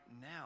now